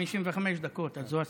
55 דקות, אז זו הסיבה.